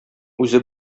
үзе